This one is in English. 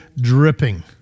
dripping